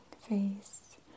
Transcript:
face